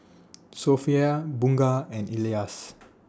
Sofea Bunga and Elyas